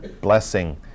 blessing